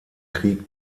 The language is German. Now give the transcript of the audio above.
krieg